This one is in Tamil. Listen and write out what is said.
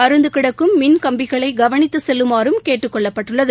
அறுந்து கிடக்கும் மின்கம்பிகளை கவனித்து செல்லுமாறும் கேட்டுக் கொள்ளப்பட்டுள்ளனர்